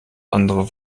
andere